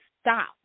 stop